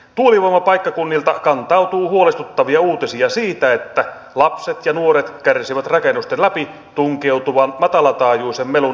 tuulivoimapaikkakunnilta kantautuu huolestuttavia uutisia siitä että lapset ja nuoret kärsivät rakennusten läpi tunkeutuvan matalataajuisen melun aiheuttamasta häiriöstä